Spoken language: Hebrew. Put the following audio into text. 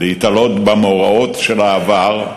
להיתלות במאורעות של עבר,